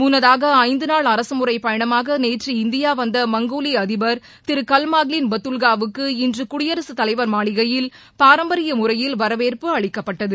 முன்னதாக ஐந்து நாள் அரசுமுறைப் பயணமாக நேற்று இந்தியா வந்த மங்கோலிய அதிபர் திரு கல்ட்மாங்ளின் பட்டுல்காவுக்கு இன்று குடியரசுத் தலைவர் மாளிகையில் பாரம்பரிய முறையில் வரவேற்பு அளிக்கப்பட்டது